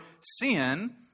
sin